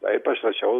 taip aš rašiau